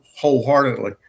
wholeheartedly